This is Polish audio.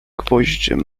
gwoździem